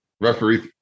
referee